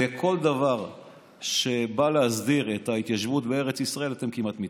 כמעט לכל דבר שבא להסדיר את ההתיישבות בארץ ישראל אתם מתנגדים,